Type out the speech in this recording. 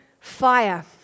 fire